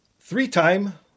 three-time